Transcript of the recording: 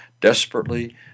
desperately